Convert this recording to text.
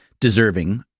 deserving